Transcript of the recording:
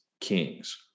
kings